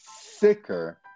sicker